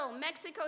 Mexico